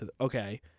Okay